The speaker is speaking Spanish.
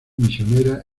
misionera